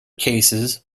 cases